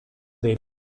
dei